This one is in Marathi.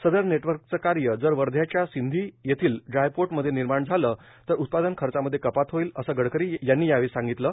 सदर नेटवर्कचं कार्य जर वर्ध्याच्या सिंधी येथील ड्रायपोर्ट मध्ये निर्माण झालं तर उत्पादन खर्चामध्ये कपात होईल असे गडकरी यांनी यावेळी सांगितलं